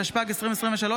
התשפ"ג 2023,